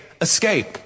escape